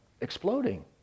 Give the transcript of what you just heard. exploding